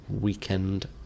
weekend